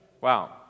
Wow